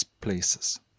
places